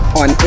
on